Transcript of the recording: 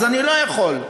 אני לא יכול.